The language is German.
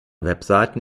webseiten